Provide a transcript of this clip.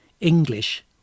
English